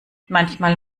manchmal